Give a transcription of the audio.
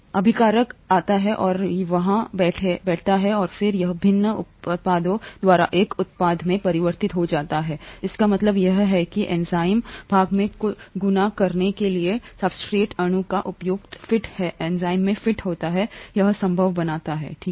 अभिकारक आता है और वहां बैठता है और फिर यह विभिन्न उत्पादों द्वारा एक उत्पाद में परिवर्तित हो जाता है इसका मतलब है और यह एंजाइम भाग में गुना करने के लिए सब्सट्रेट अणु का उपयुक्त फिट है एंजाइम है कि यह संभव बनाता है ठीक है